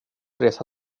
resa